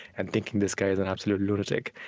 and thinking, this guy is an absolute lunatic,